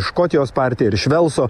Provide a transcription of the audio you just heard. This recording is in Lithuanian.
škotijos partija ir iš velso